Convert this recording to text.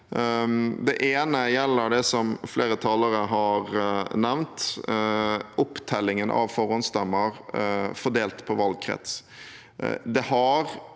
Det ene gjelder det som flere talere har nevnt, opptellingen av forhåndsstemmer fordelt på valgkrets.